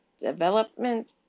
Development